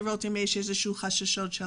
ולבדוק האם יש להורים חששות.